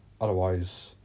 otherwise